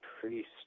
priest